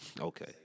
Okay